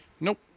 Nope